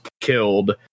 killed